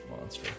monster